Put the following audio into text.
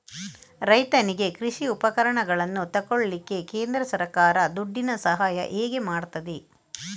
ರೈತನಿಗೆ ಕೃಷಿ ಉಪಕರಣಗಳನ್ನು ತೆಗೊಳ್ಳಿಕ್ಕೆ ಕೇಂದ್ರ ಸರ್ಕಾರ ದುಡ್ಡಿನ ಸಹಾಯ ಹೇಗೆ ಮಾಡ್ತದೆ?